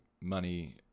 money